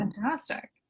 fantastic